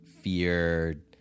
fear